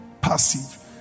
passive